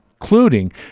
including